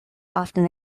often